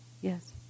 Yes